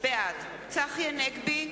בעד צחי הנגבי,